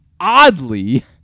oddly